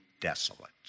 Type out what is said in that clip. desolate